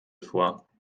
vor